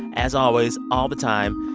as always, all the time.